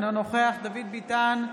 אינו נוכח דוד ביטן,